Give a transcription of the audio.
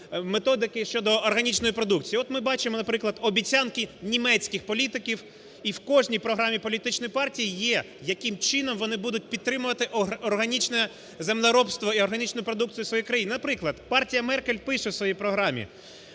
методики щодо органічної продукції. От ми бачимо, наприклад, обіцянки німецьких політиків, і в кожній програмі політичної партії є, яким чином вони будуть підтримувати органічне землеробство і органічну продукцію в своїй країні. Наприклад, партія Меркель пише в своїй програмі: